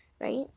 right